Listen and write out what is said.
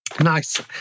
nice